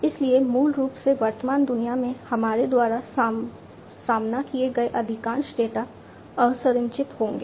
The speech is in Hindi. इसलिए मूल रूप से वर्तमान दुनिया में हमारे द्वारा सामना किए गए अधिकांश डेटा असंरचित होंगे